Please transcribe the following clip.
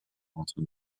entre